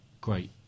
great